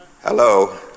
Hello